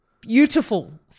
beautiful